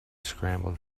scrambled